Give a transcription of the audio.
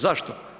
Zašto?